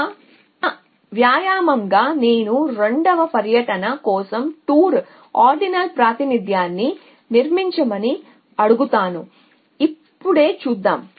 ఒక వ్యాయామంగా నేను రెండవ పర్యటన కోసం టూర్ ఆర్డినల్ ప్రాతినిధ్యాన్ని నిర్మించమని అడుగుతాను ఇప్పుడే చేద్దాం